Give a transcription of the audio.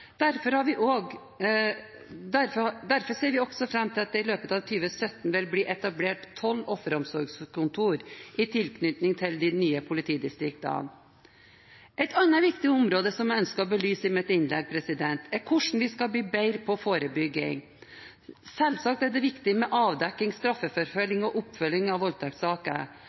Derfor ser vi også fram til at det i løpet av 2017 vil bli etablert tolv offeromsorgskontor i tilknytning til de nye politidistriktene. Et annet viktig område jeg ønsker å belyse i mitt innlegg, er hvordan vi skal bli bedre på forebygging. Selvsagt er det viktig med avdekking, straffeforfølgelse og oppfølging av voldtektssaker,